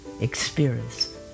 experience